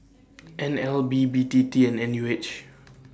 N L B B T T and N U H